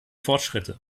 fortschritte